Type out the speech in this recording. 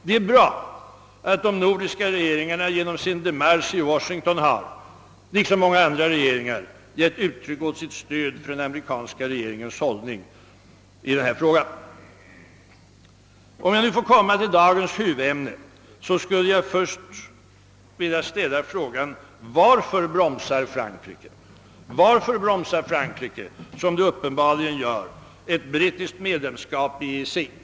Det är bra att de nordiska regeringarna genom sin demarsch i Washington liksom många andra regeringar har givit uttryck för sitt stöd åt den amerikanska regeringens hållning i denna fråga. Om jag nu får komma till dagens huvudämne skulle jag först vilja ställa frågan: Varför bromsar Frankrike, som det uppenbarligen gör, ett brittiskt medlemskap i EEC?